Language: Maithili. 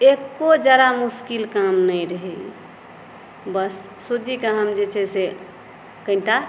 एको जरा मुश्किल काम नहि रहै बस सूजीके हम जे छै से कनिटा